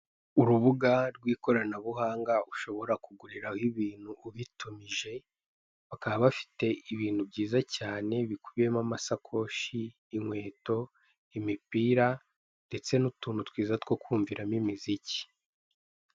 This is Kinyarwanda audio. Urubuga rw'ikoranabuhanga ushobora kuguriraho ibintu ubitumije, bakaba bafite ibintu byiza cyane bikubiyemo amasakoshi, inkweto, imipira ndetse n'utuntu twiza two kumviramo imiziki.